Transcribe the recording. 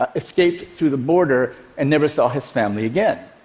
ah escaped through the border and never saw his family again.